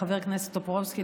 חבר הכנסת טופורובסקי,